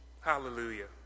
Hallelujah